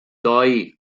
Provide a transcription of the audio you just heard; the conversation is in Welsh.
doi